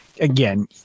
Again